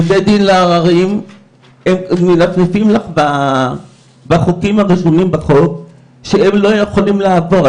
ובבית הדין לעררים הם מנפנפים לך בחוקים הרשומים שהם לא יכולים לעבור,